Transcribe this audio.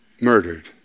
Murdered